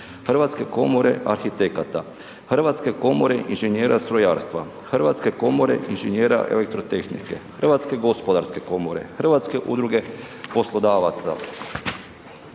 Hrvatske komore arhitekata, Hrvatske komore inženjera strojarstva, Hrvatske komore inženjera elektrotehnike, Hrvatske gospodarske komore, Hrvatske udruge poslodavaca,